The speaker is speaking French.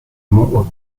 mont